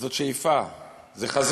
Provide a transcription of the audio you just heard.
זאת שאיפה, זאת שאיפה, זה חזון,